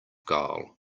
gall